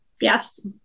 Yes